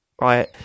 right